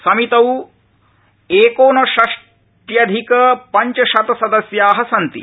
समितौ एकोनषष्ट्यधिकपंचशत सदस्या सन्ति